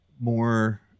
more